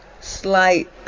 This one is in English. slight